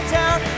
town